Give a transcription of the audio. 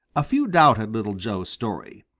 a few doubted little joe's story.